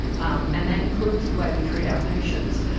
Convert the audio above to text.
um and that includes the way we treat our patients,